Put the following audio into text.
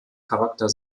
charakter